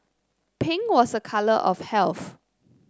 pink was a colour of health